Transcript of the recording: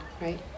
Right